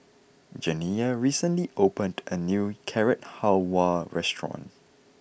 Janiyah recently opened a new Carrot Halwa restaurant